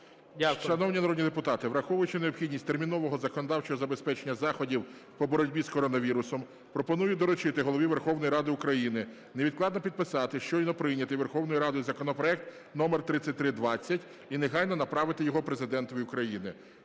Шановні народні депутати, враховуючи необхідність термінового законодавчого забезпечення заходів по боротьбі з коронавірусом, пропоную доручити Голові Верховної Ради України невідкладно підписати щойно прийнятий Верховною Радою законопроект номер 3320 і негайно направити його Президентові України.